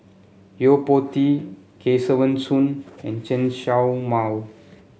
Yo Po Tee Kesavan Soon and Chen Show Mao